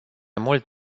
mult